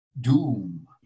doom